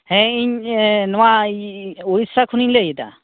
ᱦᱮᱸ ᱤᱧ ᱱᱚᱣᱟ ᱩᱲᱤᱥᱥᱟ ᱠᱷᱱᱤᱧ ᱞᱟᱹᱭ ᱮᱫᱟ